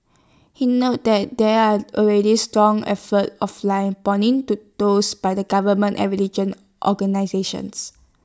he noted that there are already strong efforts offline pointing to those by the government and religion organisations